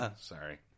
Sorry